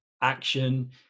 action